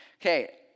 Okay